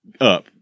up